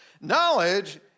Knowledge